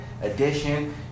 edition